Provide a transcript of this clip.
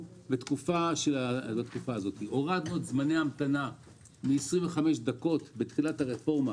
בתקופה הזאת הורדנו את זמני ההמתנה מ-25 דקות בתחילת הרפורמה,